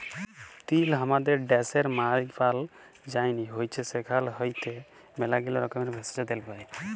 তিল হামাদের ড্যাশের মায়পাল যায়নি হৈচ্যে সেখাল হইতে ম্যালাগীলা রকমের ভেষজ, তেল পাই